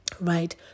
Right